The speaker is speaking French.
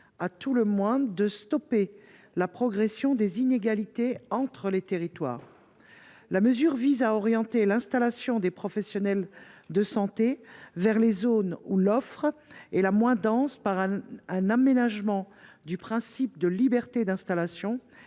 à tout le moins de stopper la progression des inégalités entre les territoires. Ce dispositif vise à orienter l’installation des professionnels de santé vers les zones où l’offre est la moins dense par un aménagement du principe de liberté d’installation,